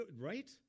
Right